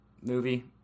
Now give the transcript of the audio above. movie